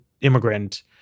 immigrant